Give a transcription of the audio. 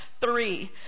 three